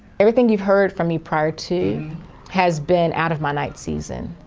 everything you've heard from me prior to has been out of my ninth season.